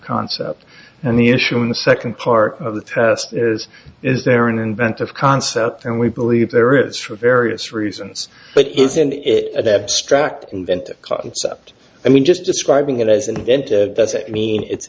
concept and the issue in the second part of the test is is there an inventive concept and we believe there it's for various reasons but isn't it abstract inventive concept i mean just describing it as an event that's i mean it's